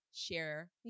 Share